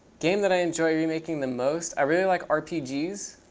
game that i enjoy remaking the most? i really like rpgs,